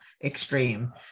extreme